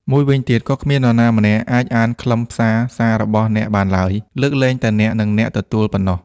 មួយវិញទៀតក៏គ្មាននរណាម្នាក់អាចអានខ្លឹមសារសាររបស់អ្នកបានឡើយ លើកលែងតែអ្នក និងអ្នកទទួលប៉ុណ្ណោះ។